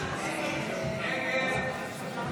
הסתייגות 3ג לא